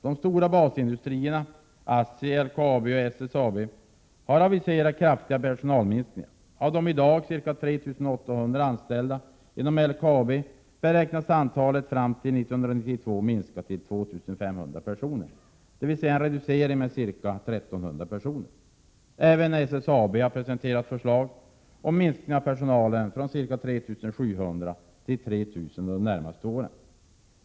De stora basindustrierna ASSI, LKAB och SSAB har aviserat kraftiga personalminskningar. Idag finns ca 3 800 anställda inom LKAB. Antalet anställda beräknas fram till 1990 minska till 2 500 personer, dvs. en reducering med ca 1 300 personer. Även SSAB har presenterat förslag om minskning av personalen från ca 3 700 till 3 000 under de närmaste tre åren.